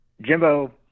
Jimbo